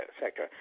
sector